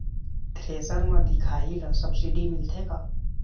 Thresher म दिखाही ला सब्सिडी मिलथे का?